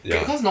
ya